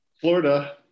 Florida